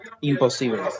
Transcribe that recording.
imposible